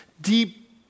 deep